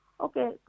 okay